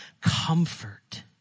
Comfort